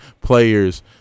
players